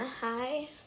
hi